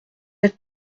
êtes